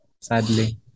sadly